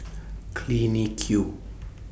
Clinique